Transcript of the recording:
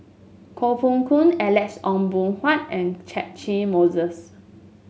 Koh Poh Koon Alex Ong Boon Hau and Catchick Moses